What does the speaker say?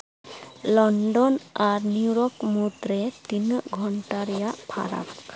London ᱟᱨ New York ᱢᱩᱫᱽᱨᱮ ᱛᱤᱱᱟᱹᱜ ᱜᱷᱚᱱᱴᱟ ᱨᱮᱭᱟᱜ ᱯᱷᱟᱨᱟᱠ